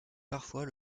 parfois